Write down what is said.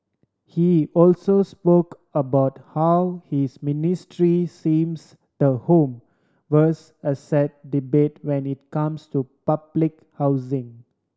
he also spoke about how his ministry seems the home versus asset debate when it comes to public housing